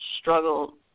struggle